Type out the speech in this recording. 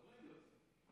מדברים ויוצאים.